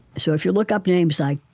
so if you look up names like,